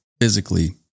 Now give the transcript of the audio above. physically